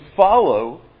follow